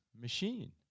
machine